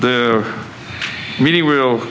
the media will